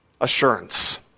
assurance